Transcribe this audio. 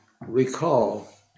recall